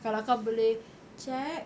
kalau kau boleh check